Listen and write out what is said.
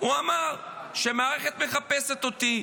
הוא אמר שהמערכת מחפשת אותו.